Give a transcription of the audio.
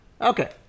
okay